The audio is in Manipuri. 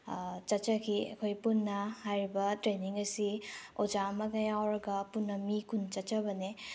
ꯆꯠꯆꯈꯤ ꯑꯩꯈꯣꯏ ꯄꯨꯟꯅ ꯍꯥꯏꯔꯤꯕ ꯇ꯭ꯔꯦꯟꯅꯤꯡ ꯑꯁꯤ ꯑꯣꯖꯥ ꯑꯃꯒ ꯌꯥꯎꯔꯒ ꯄꯨꯟꯅ ꯃꯤ ꯀꯨꯟ ꯆꯠꯆꯕꯅꯦ